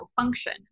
function